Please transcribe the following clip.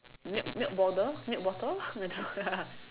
milk milk bottle milk bottle I don't know ya